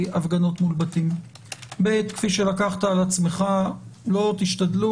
אני אומר כבר כאן: משטרת ישראל